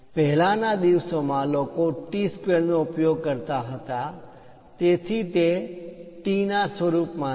પહેલાના દિવસોમાં લોકો ટી સ્કવેર નો ઉપયોગ કરતા હતા તેથી તે ટી ના સ્વરૂપમાં છે